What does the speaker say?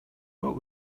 what